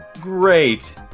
great